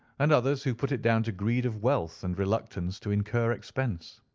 and others who put it down to greed of wealth and reluctance to incur expense.